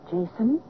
Jason